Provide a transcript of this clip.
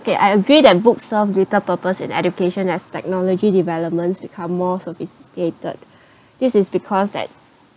okay I agree that books serve data purpose in education as technology developments become more sophisticated this is because that